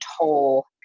toll